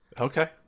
Okay